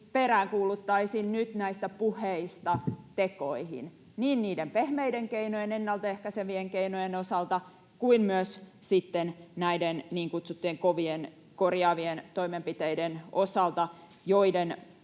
peräänkuuluttaisin nyt näistä puheista tekoihin niin niiden pehmeiden keinojen, ennaltaehkäisevien keinojen, osalta kuin myös sitten näiden niin kutsuttujen kovien, korjaavien toimenpiteiden osalta, joiden